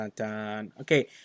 Okay